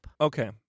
okay